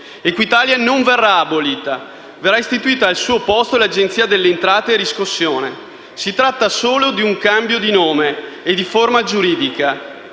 Equitalia non verrà abolita, ma verrà istituita al suo posto l'Agenzia delle entrate-riscossione. Si tratta solo di un cambio di nome e di forma giuridica.